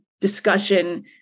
discussion